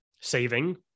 saving